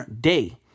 day